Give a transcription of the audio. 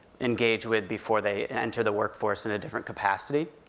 engage with before they enter the workforce in a different capacity.